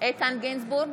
איתן גינזבורג,